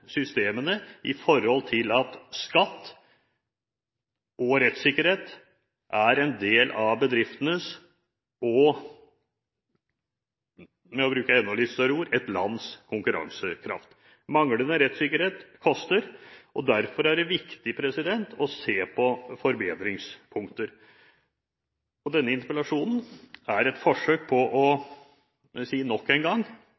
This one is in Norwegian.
systemene slik at skatt og rettssikkerhet er en del av bedriftenes og – for å bruke enda litt større ord – et lands konkurransekraft. Manglende rettssikkerhet koster, og derfor er det viktig å se på forbedringspunkter. Denne interpellasjonen er et forsøk på – nok en gang